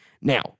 Now